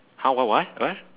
how how what what